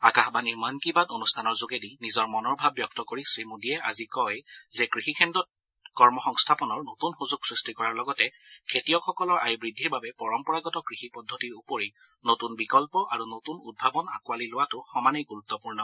আকাশবাণীৰ মন কী বাত অনুষ্ঠানৰ যোগেদি নিজৰ মনৰ ভাব ব্যক্ত কৰি শ্ৰীমোডীয়ে আজি কয় যে কৃষিখণ্ডত কৰ্মসংস্থাপনৰ নতুন সুযোগ সৃষ্টি কৰাৰ লগতে খেতিয়কসকলৰ আয় বৃদ্ধিৰ বাবে পৰম্পৰাগত কৃষি পদ্ধতিৰ উপৰি নতুন বিকল্প আৰু নতুন উদ্ভাৱন আকোঁৱালি লোৱাটো সমানেই গুৰুত্বপূৰ্ণ